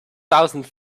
thousand